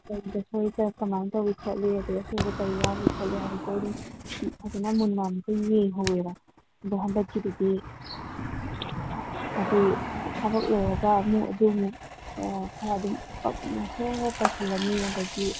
ꯀꯔꯤꯗ ꯁꯣꯏ ꯀꯃꯥꯏꯅ ꯇꯧꯏ ꯈꯣꯠꯂꯤ ꯑꯗꯒꯤ ꯑꯁꯣꯏꯕ ꯀꯔꯤ ꯌꯥꯎꯔꯤ ꯈꯣꯠꯂꯤ ꯍꯥꯏꯕꯗꯣ ꯐꯖꯅ ꯃꯨꯟꯅ ꯑꯃꯨꯛꯀ ꯌꯦꯡꯍꯧꯋꯦꯕ ꯑꯗꯣ ꯍꯟꯗꯛꯀꯤꯗꯨꯗꯤ ꯍꯥꯏꯗꯤ ꯊꯕꯛ ꯂꯣꯏꯔꯒ ꯑꯗꯨ ꯑꯃꯨꯛ ꯈꯔ ꯑꯗꯨꯝ ꯇꯧꯁꯤꯜꯂꯅꯤ